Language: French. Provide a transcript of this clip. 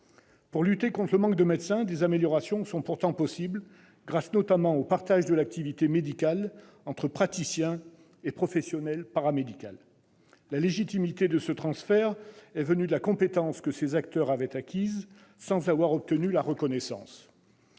Pour lutter contre le manque de médecins, des améliorations sont pourtant possibles, notamment grâce au partage de l'activité médicale entre praticiens et professions paramédicales. La légitimité de ce transfert est venue de la compétence que ces acteurs ont acquise, sans en avoir obtenu la reconnaissance.